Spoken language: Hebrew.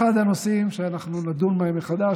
אחד הנושאים שאנחנו נדון בהם מחדש,